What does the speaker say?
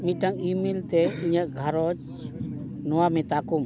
ᱢᱤᱫᱴᱟᱱ ᱤᱼᱢᱮᱞᱛᱮ ᱤᱧᱟᱹᱜ ᱜᱷᱟᱨᱚᱸᱡᱽ ᱱᱚᱣᱟ ᱢᱮᱛᱟ ᱠᱚᱢ